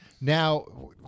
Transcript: now